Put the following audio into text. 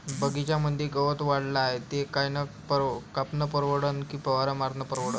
बगीच्यामंदी गवत वाढले हाये तर ते कापनं परवडन की फवारा मारनं परवडन?